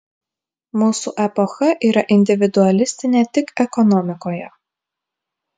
mūsų epocha yra individualistinė tik ekonomikoje